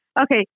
Okay